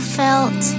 felt